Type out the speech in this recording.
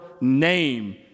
name